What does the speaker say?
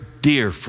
dear